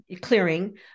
clearing